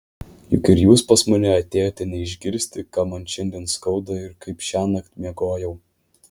juk ir jūs pas mane atėjote ne išgirsti ką man šiandien skauda ir kaip šiąnakt miegojau